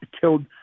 killed